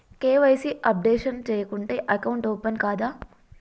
KYC updation చేయకుంటే account open కాదా?